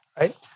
right